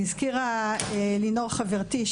הזכירה לינור חברתי,